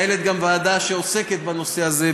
שמנהלת ועדה שעוסקת בנושא הזה,